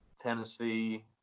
Tennessee